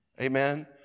Amen